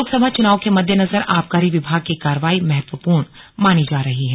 लोकसभा चुनाव के मद्देनजर आबकारी विभाग की कार्रवाई महत्वपूर्ण मानी जा रही है